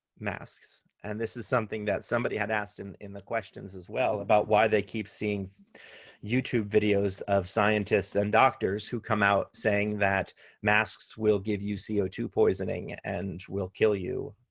masks. and this is something that somebody had asked in in the questions as well about why they keep seeing youtube videos of scientists and doctors who come out saying that masks will give you co two poisoning and will kill you.